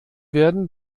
werden